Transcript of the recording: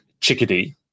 chickadee